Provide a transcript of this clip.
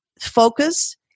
focus